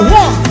one